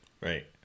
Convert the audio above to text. Right